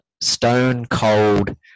stone-cold